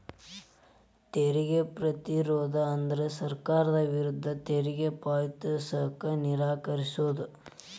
ತೆರಿಗೆ ಪ್ರತಿರೋಧ ಅಂದ್ರ ಸರ್ಕಾರದ ವಿರುದ್ಧ ತೆರಿಗೆ ಪಾವತಿಸಕ ನಿರಾಕರಿಸೊದ್